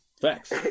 Facts